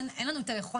בריאות